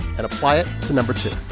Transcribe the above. and apply it to number two?